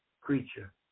creature